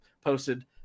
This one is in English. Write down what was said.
posted